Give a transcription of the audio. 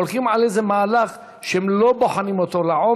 הולכים על איזה מהלך שהם לא בוחנים לעומק,